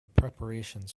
preparations